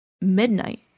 midnight